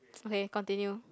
okay continue